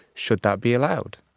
should that be allowed?